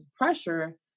pressure